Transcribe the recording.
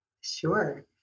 Sure